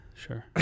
Sure